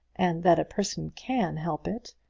and that a person can help it.